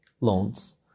loans